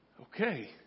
Okay